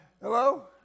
Hello